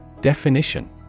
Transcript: Definition